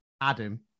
adam